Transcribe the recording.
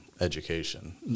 education